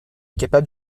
capable